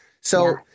So-